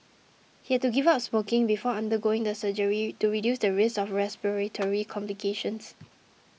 he had to give up smoking before undergoing the surgery to reduce the risk of respiratory complications